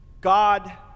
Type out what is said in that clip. God